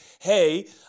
hey